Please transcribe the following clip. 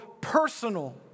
personal